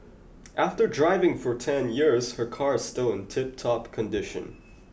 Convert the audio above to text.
after driving for ten years her car is still in tiptop condition